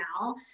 now